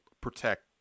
protect